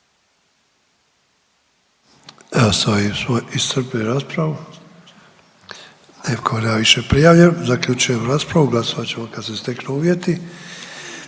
Evo sa ovim smo iscrpili raspravu. Nitko više nema prijavljen. Zaključujem raspravu. Glasovat ćemo kad se steknu uvjeti.